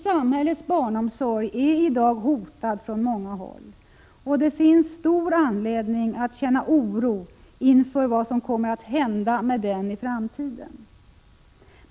Samhällets barnomsorg är i dag hotad från många håll, och det finns stor anledning att känna oro inför vad som kommer att hända med den i framtiden.